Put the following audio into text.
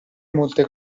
molte